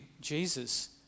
Jesus